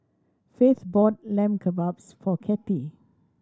Faith bought Lamb Kebabs for Cathie